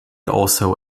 also